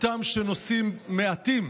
של חבר הכנסת שמחה רוטמן,